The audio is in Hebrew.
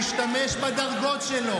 להשתמש בדרגות שלו